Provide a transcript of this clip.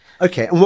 Okay